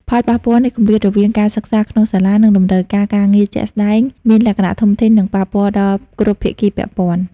ផលប៉ះពាល់នៃគម្លាតរវាងការសិក្សាក្នុងសាលា និងតម្រូវការការងារជាក់ស្តែងមានលក្ខណៈធំធេង និងប៉ះពាល់ដល់គ្រប់ភាគីពាក់ព័ន្ធ។